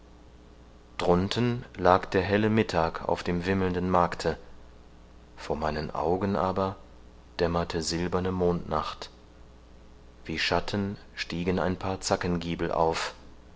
drunten lag der helle mittag auf dem wimmelnden markte vor meinen augen aber dämmerte silberne mondnacht wie schatten stiegen ein paar zackengiebel auf